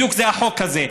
בדיוק זה החוק הזה.